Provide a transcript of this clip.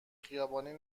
خیابانی